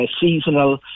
seasonal